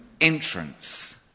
entrance